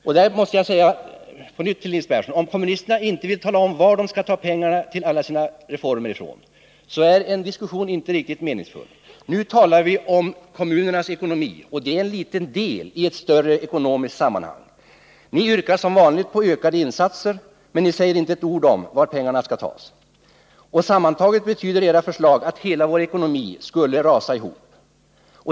Jag måste på nytt säga till Nils Berndtson att om kommunisterna inte vill tala om var de skall ta pengarna till alla sina reformer, så är en diskussion inte meningsfull. Nu talar vi om kommunernas ekonomi, dvs. en liten del i ett större ekonomiskt sammanhang. Ni kommunister yrkar som vanligt på ökade insatser, men ni säger inte ett ord om var pengarna skall tas. Sammantaget betyder era förslag att hela vår ekonomi skulle rasa ihop.